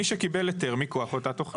מי שקיבל היתר מכוח אותה תכנית.